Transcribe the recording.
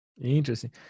Interesting